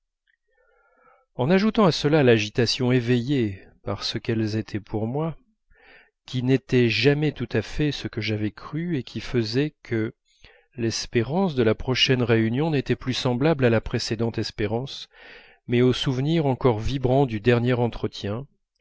en ajoutant à cela l'agitation éveillée par ce qu'elles étaient pour moi qui n'était jamais tout à fait ce que j'avais cru et qui faisait que l'espérance de la prochaine réunion n'était plus semblable à la précédente espérance mais au souvenir encore vibrant du dernier entretien